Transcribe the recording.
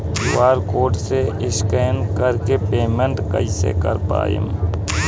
QR code से scan कर के पेमेंट कइसे कर पाएम?